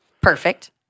Perfect